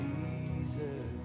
Jesus